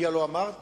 אני הלוא אמרתי